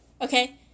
okay